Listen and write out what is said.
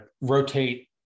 rotate